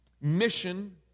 mission